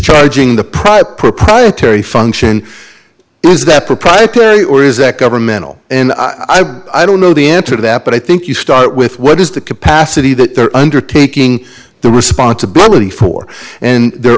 discharging the private proprietary function is that proprietary or is that governmental and i don't know the answer to that but i think you start with what is the capacity that they're undertaking the responsibility for and they're